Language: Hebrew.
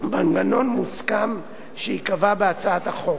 מוסכם שייקבע בהצעת החוק.